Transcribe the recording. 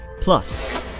Plus